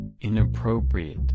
inappropriate